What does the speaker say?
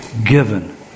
given